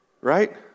Right